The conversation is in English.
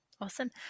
awesome